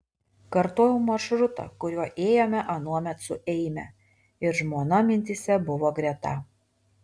kartojau maršrutą kuriuo ėjome anuomet su eime ir žmona mintyse buvo greta